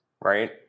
right